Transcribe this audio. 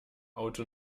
auto